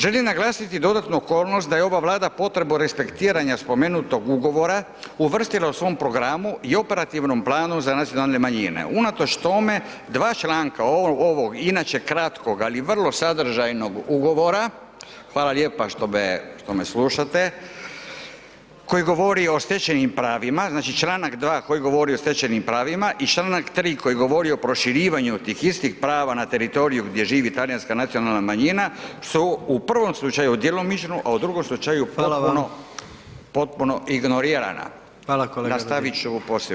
Želim naglasiti dodatnu okolnost da je ova Vlada potrebu respektiranja spomenutog ugovora uvrstila u svom programu i operativnom planu za nacionalne manjine, unatoč tome dva članka ovog inače kratkog, ali vrlo sadržajnog ugovora, hvala lijepa što me, što me slušate, koji govori o stečenim pravima, znači čl. 2. koji govori o stečenim pravima i čl. 3. koji govori o proširivanju tih istih prava na teritoriju gdje živi talijanska nacionalna manjina su u prvom slučaju djelomično, a u drugom slučaju potpuno [[Upadica: Hvala vam]] potpuno ignorirana [[Upadica: Hvala kolega Radin]] nastavit ću poslije.